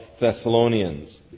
Thessalonians